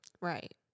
Right